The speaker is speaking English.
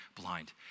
blind